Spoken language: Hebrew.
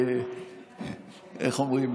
איך אומרים,